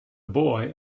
boy